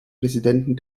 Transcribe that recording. präsidenten